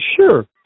sure